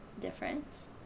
difference